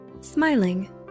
smiling